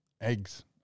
eggs